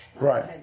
Right